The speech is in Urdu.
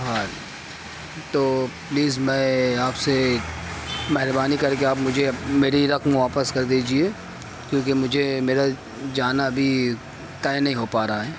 ہاں تو پلیز میں آپ سے مہربانی کر کے آپ مجھے میری رقم واپس کر دیجیے کیونکہ مجھے میرا جانا بھی طے نہیں ہو پا رہا ہے